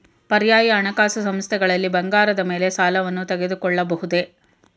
ಪರ್ಯಾಯ ಹಣಕಾಸು ಸಂಸ್ಥೆಗಳಲ್ಲಿ ಬಂಗಾರದ ಮೇಲೆ ಸಾಲವನ್ನು ತೆಗೆದುಕೊಳ್ಳಬಹುದೇ?